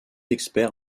expert